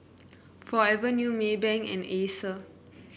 Forever New Maybank and Acer